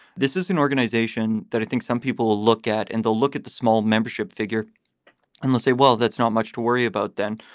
this is an organization that i think some people look at and they'll look at the small membership figure and let's say, well, that's not much to worry about then.